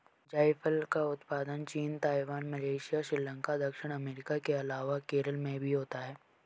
जायफल का उत्पादन चीन, ताइवान, मलेशिया, श्रीलंका, दक्षिण अमेरिका के अलावा केरल में भी होता है